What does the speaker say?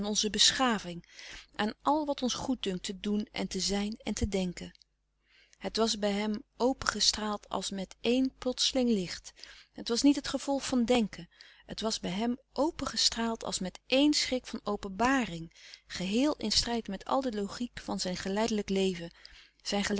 onze beschaving aan al wat ns goeddunkt te doen en te zijn en te denken het was bij hem opengestraald als met eén plotseling licht het was niet het gevolg van denken het was bij hem opengestraald als met eén schrik van openbaring geheel in strijd met al de logiek van zijn geleidelijk leven zijne